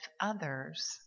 others